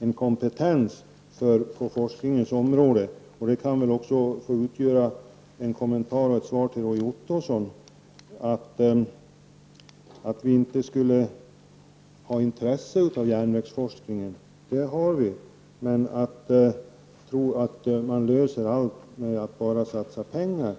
en kompetens på forskningens område. Detta kan väl också få utgöra en kommentar och ett svar till Roy Ottosson. Vi har således ett intresse för järnvägsforskningen, men faktum är att det inte går att tro att man löser allt med att bara satsa pengar.